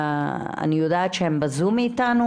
אני יודעת שהם נמצאים איתנו בזום.